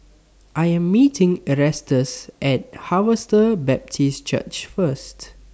I Am meeting Erastus At Harvester Baptist Church First